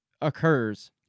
occurs